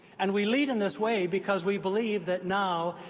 and we lead in this way because we believe that now,